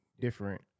different